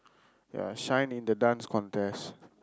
ya shine in the Dance Contest